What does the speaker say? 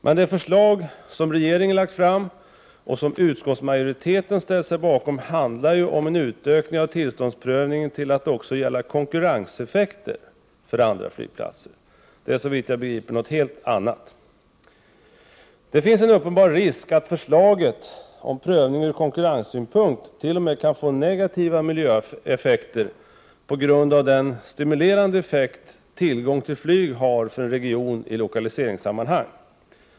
Men det förslag som regeringen har lagt fram och som utskottsmajoriteten har ställt sig bakom handlar ju om en utökning av tillståndsprövningen till att också gälla konkurrenseffekter för andra flygplatser. Det är såvitt jag begriper något helt annat. Det finns en uppenbar risk att förslaget om prövning från konkurrenssynpunkt kan få t.ex. negativa miljöeffekter på grund av den stimulerande effekt tillgång till flyg har för en region i lokaliseringssammanhang.